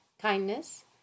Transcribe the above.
kindness